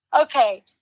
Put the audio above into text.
okay